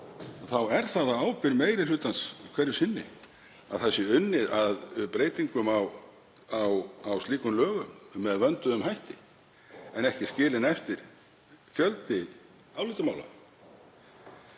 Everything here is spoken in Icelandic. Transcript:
það er á ábyrgð meiri hlutans hverju sinni að unnið sé að breytingum á slíkum lögum með vönduðum hætti en ekki skilinn eftir fjöldi álitamála.